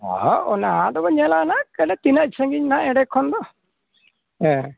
ᱦᱮᱸ ᱚᱱᱟ ᱫᱚᱵᱚ ᱧᱮᱞᱟ ᱱᱟᱦᱟᱜ ᱠᱷᱟᱹᱞᱤ ᱛᱤᱱᱟᱹᱜ ᱥᱟᱺᱜᱤᱧ ᱱᱟᱦᱟᱜ ᱮᱸᱰᱮ ᱠᱷᱚᱱ ᱫᱚ ᱦᱮᱸ